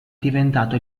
diventato